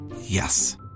Yes